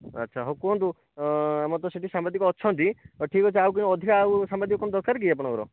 ଆଚ୍ଛା ହେଉ କୁହନ୍ତୁ ଆମର ତ ସେଠି ସାମ୍ବାଦିକ ଅଛନ୍ତି ହେଉ ଠିକ୍ ଅଛି ଆଉ କ ଅଧିକା ସାମ୍ବାଦିକ କ'ଣ ଦରକାର କି ଆପଣଙ୍କର